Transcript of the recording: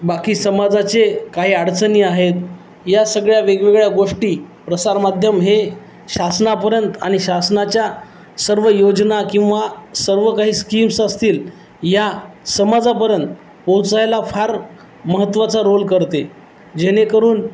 बाकी समाजाचे काही अडचणी आहेत या सगळ्या वेगवेगळ्या गोष्टी प्रसारमाध्यम हे शासनापर्यंत आणि शासनाच्या सर्व योजना किंवा सर्व काही स्कीम्स असतील या समाजापर्यंत पोहोचायला फार महत्त्वाचा रोल करते जेणेकरून